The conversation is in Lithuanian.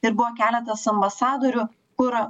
ir buvo keletas ambasadorių kur